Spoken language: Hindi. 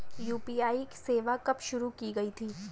यू.पी.आई सेवा कब शुरू की गई थी?